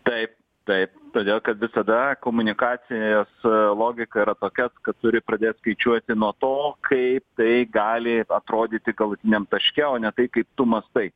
taip taip todėl kad visada komunikacinės logika yra tokias kad turi pradėt skaičiuoti nuo to kaip tai gali atrodyti galutiniam taške o ne taip kaip tu mąstai